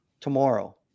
tomorrow